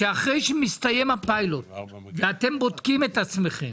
שאחרי שמסתיים הפיילוט ואתם בודקים את עצמכם